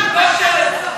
הם לא שרץ.